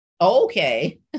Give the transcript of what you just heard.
Okay